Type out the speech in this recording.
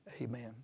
Amen